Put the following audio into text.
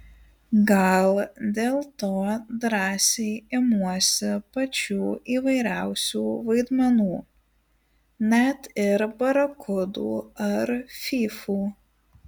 gal dėl to drąsiai imuosi pačių įvairiausių vaidmenų net ir barakudų ar fyfų